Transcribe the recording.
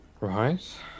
Right